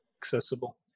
accessible